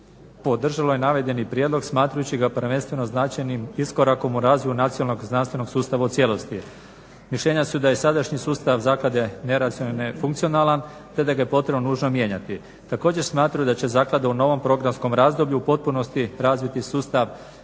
podržalo je navedeni prijedlog, smatrajući ga prvenstveno značajnim iskorakom u razvoju nacionalnog znanstvenog sustava u cijelosti. Mišljenja su da je sadašnji sustav zaklade nefunkcionalna te da ga je potrebno nužno mijenjati. Također smatraju da će zaklada u novom programskom razdoblju u potpunosti razviti sustav